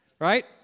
right